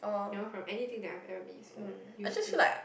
you know from anything that I've ever been used to